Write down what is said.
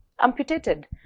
amputated